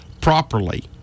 properly